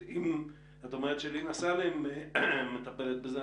את אומרת שלינא סאלם מטפלת בזה,